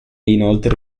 inoltre